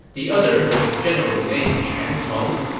the other was a general named quan cong.